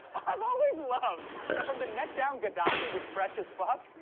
i've always loved that from the neck down gaddafi was fresh as fuck.